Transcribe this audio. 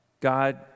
God